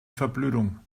verblödung